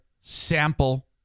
sample